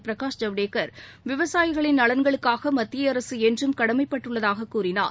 பிரகாஷ் ஜவடேகர் விவசாயிகளின் நலன்களுக்காக மத்திய அரசு என்றும் கடமைப்பட்டுள்ளதாகக் கூறினார்